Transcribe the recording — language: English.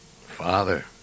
father